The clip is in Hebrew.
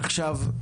עכשיו,